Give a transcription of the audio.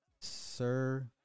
Sir